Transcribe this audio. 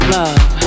love